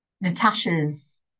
Natasha's